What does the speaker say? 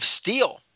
steel